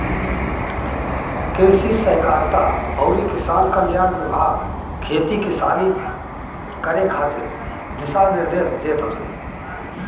कृषि सहकारिता अउरी किसान कल्याण विभाग खेती किसानी करे खातिर दिशा निर्देश देत हवे